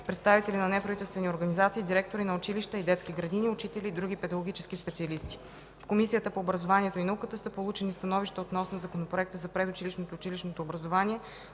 представители на неправителствени организации, директори на училища и детски градини, учители и други педагогически специалисти. В Комисията по образованието и науката са получени становища относно Законопроекта за предучилищното и училищното образование